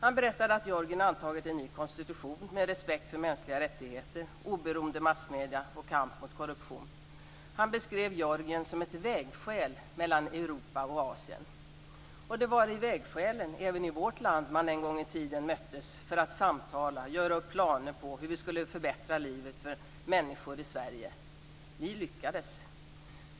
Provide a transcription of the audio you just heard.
Han berättade att Georgien antagit en ny konstitution med respekt för mänskliga rättigheter, oberoende massmedier och kamp mot korruption. Han beskrev Georgien som ett vägskäl mellan Europa och Asien. Det var i vägskälen man även i vårt land en gång i tiden möttes för att samtala och göra upp planer på hur man skulle förbättra livet för människor i Sverige. Vi lyckades.